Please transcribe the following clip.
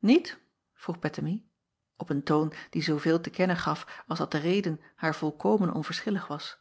iet vroeg ettemie op een toon die zooveel te kennen gaf als dat de reden haar volkomen onverschillig was